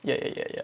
ya ya ya ya